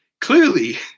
clearly